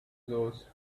those